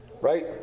right